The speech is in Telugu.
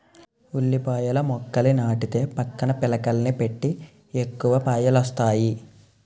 ఉల్లిపాయల మొక్కని నాటితే పక్కన పిలకలని పెట్టి ఎక్కువ పాయలొస్తాయి